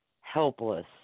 helpless